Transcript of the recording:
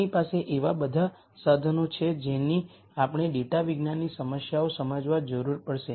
આપણી પાસે એવા બધા સાધનો છે જેની આપણે ડેટાવિજ્ઞાનની સમસ્યાઓ સમજવા જરૂર પડશે